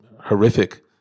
horrific